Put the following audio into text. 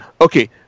Okay